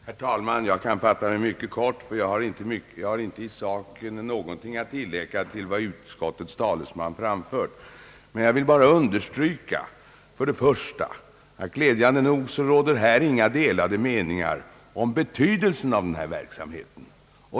Herr talman! Jag kan fatta mig mycket kort. Jag har i sak ingenting att tillägga till vad utskottets talesman har framfört. Men jag vill understryka att det glädjande nog inte råder några delade meningar här om betydelsen av denna verksamhet.